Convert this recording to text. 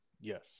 Yes